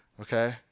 Okay